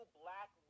black